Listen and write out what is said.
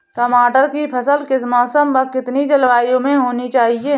टमाटर की फसल किस मौसम व कितनी जलवायु में होनी चाहिए?